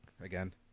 again